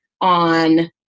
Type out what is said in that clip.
on